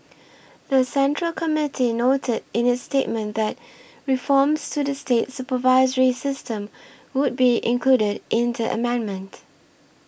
the Central Committee noted in its statement that reforms to the state supervisory system would be included in the amendment